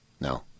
No